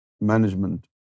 management